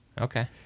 okay